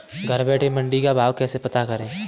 घर बैठे मंडी का भाव कैसे पता करें?